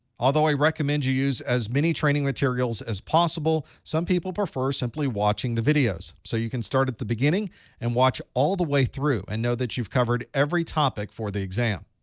although i recommend you use as many training materials as possible, some people prefer simply watching the videos. so you can start at the beginning and watch all the way through and know that you've covered every topic for the exam.